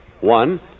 One